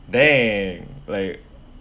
damn like